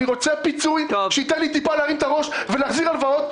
אני רוצה פיצוי שייתן לי טיפה להרים את הראש ולהחזיר הלוואות.